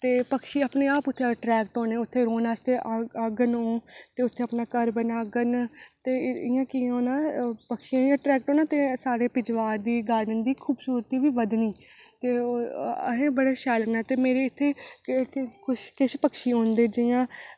ते पक्षी अपने आप उत्थै अट्रैक्ट होने ते ओह्दे औने आस्तै औङन ओह् ते उत्थै अपना घर बनाङन ते इ'यां केह् होना पक्षियें ते साढ़े पिछवाड़ बी ते साढ़े गॉर्डन दी खूबसूरती बी बधनी ते असें बड़ी शैल बनाचै ते इत्थै किश पक्षी औंदे जि'यां